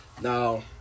Now